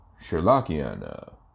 Sherlockiana